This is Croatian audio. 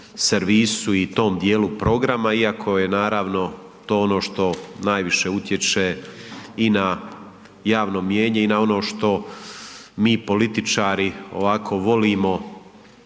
servisu i tom dijelu programa iako je naravno to ono što najviše utječe i na javno mijenje i na ono što mi političari ovako volimo